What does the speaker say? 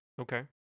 Okay